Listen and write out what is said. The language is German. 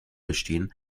bestehen